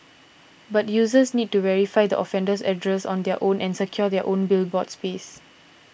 but users need to verify the offender's address on their own and secure their own billboard space